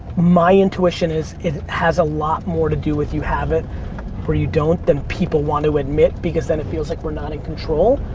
my intuition is it has a lot more to do with you have it or you don't than people want to admit because then it feels like we're not in control.